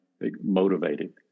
motivated